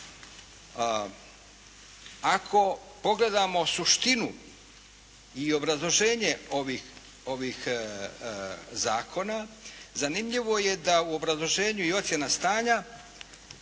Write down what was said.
Ako pogledamo suštinu i obrazloženje ovih zakona, zanimljivo je da u obrazloženju i ocjena stanja